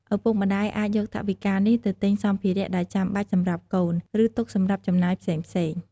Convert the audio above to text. ឪពុកម្តាយអាចយកថវិកានេះទៅទិញសម្ភារៈដែលចាំបាច់សម្រាប់កូន ឬទុកសម្រាប់ចំណាយផ្សេងៗ។